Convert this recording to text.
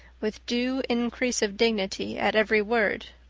with due increase of dignity at every word.